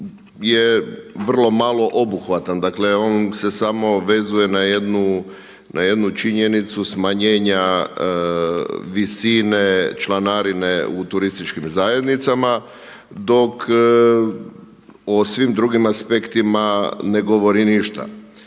je vrlo malo obuhvatan. Dakle, on se samo obvezuje na jednu činjenicu smanjenja visine članarine u turističkim zajednicama, dok o svim drugim aspektima ne govori ništa.